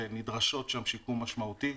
שנדרש שם שיקום משמעותי.